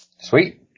Sweet